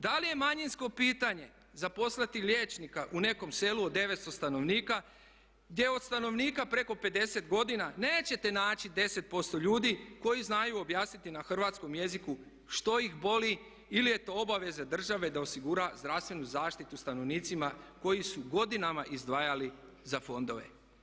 Da li je manjinsko pitanje zaposliti liječnika u nekom selu od 900 stanovnika, gdje od stanovnika preko 50 godina nećete naći 10% ljudi koji znaju objasniti na hrvatskom jeziku što ih boli ili je to obaveza države da osigura zdravstvenu zaštitu stanovnicima koji su godinama izdvajali za fondove.